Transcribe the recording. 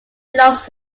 loves